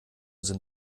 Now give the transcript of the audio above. sind